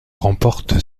remporte